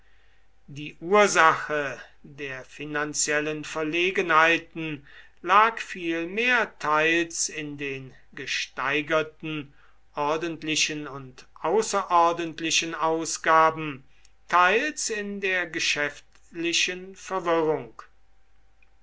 die ursache der finanziellen verlegenheiten lag vielmehr teils in den gesteigerten ordentlichen und außerordentlichen ausgaben teils in der geschäftlichen verwirrung